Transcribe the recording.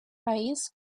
país